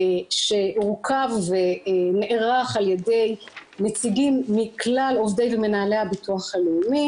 שהורכב ונערך על ידי נציגים מכלל עובדי ומנהלי הביטוח הלאומי.